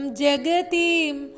jagatim